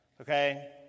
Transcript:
Okay